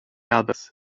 others